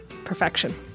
Perfection